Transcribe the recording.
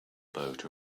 boat